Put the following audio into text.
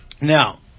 Now